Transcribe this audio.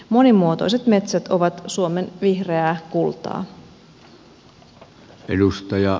monimuotoiset metsät ovat suomen vihreää kultaa